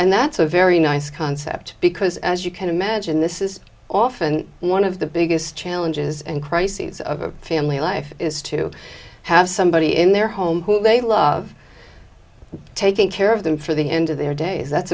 and that's a very nice concept because as you can imagine this is often one of the biggest challenges and crises of family life is to have somebody in their home who they love taking care of them for the end of their days that's